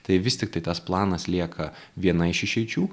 tai vis tiktai tas planas lieka viena iš išeičių